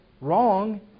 wrong